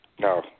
no